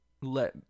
let